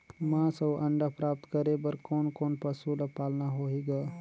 मांस अउ अंडा प्राप्त करे बर कोन कोन पशु ल पालना होही ग?